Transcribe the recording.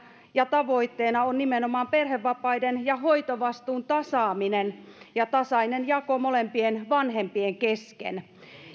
ja tavoitteena on nimenomaan perhevapaiden ja hoitovastuun tasaaminen ja tasainen jako molempien vanhempien kesken